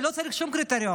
אתה לא צריך שום קריטריון,